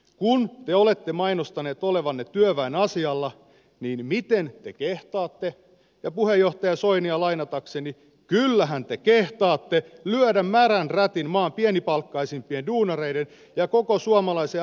kun te olette mainostaneet olevanne työväen asialla miten te kehtaatte ja puheenjohtaja soinia lainatakseni kyllähän te kehtaatte lyödä märän rätin maan pienipalkkaisimpien duunareiden ja koko suomalaisen ammattiyhdistysliikkeen kasvoille